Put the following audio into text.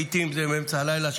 לעיתים זה באמצע הלילה,